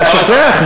אתה שוכח.